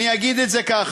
אני אגיד את זה כך: